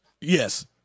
Yes